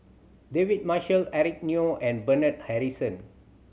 David Marshall Eric Neo and Bernard Harrison